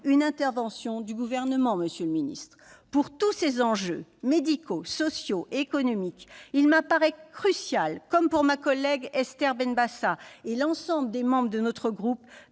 une intervention du Gouvernement, monsieur le secrétaire d'État. Face à tous ces enjeux médicaux, sociaux et économiques, il me paraît crucial, comme à ma collègue Esther Benbassa et à l'ensemble des membres de notre groupe,